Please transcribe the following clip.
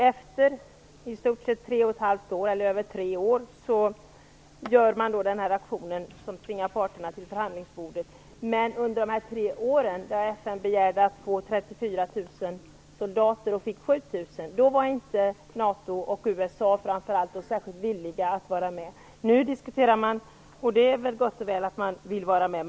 Efter över tre år gör man nu den här aktionen som tvingar parterna till förhandlingsbordet. Men under dessa tre år när FN begärde att få 34 000 soldater men fick 7 000, då var inte NATO och framför allt USA särskilt villiga att vara med. Det är gott och väl att man nu vill vara med.